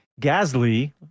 Gasly